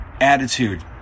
attitude